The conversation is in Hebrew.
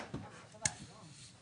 היום 1 במרץ 2022, כ"ח באדר א' התשפ"ב.